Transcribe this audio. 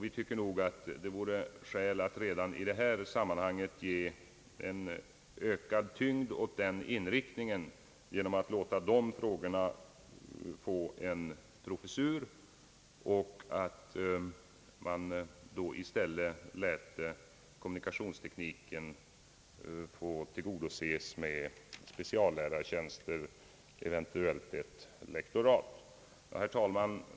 Vi tycker att det vore skäl att redan i detta sammanhang ge ökad tyngd åt den inriktningen genom att låta de frågorna få en professur och i stället låta kommunikationstekniken tillgodoses med speciallärartjänster — eventuellt ett lektorat. Herr talman!